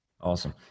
Awesome